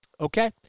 Okay